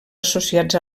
associats